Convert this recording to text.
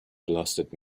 blasted